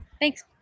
Thanks